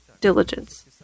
diligence